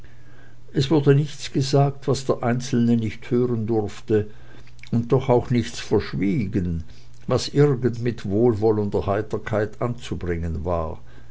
es wurde nichts gesagt was der einzelne nicht hören durfte und doch auch nichts verschwiegen was irgend mit wohlwollender heiterkeit anzubringen war